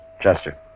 Chester